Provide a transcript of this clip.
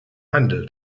handel